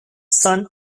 son